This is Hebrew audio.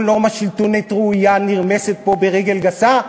כל נורמה שלטונית ראויה נרמסת פה ברגל גסה,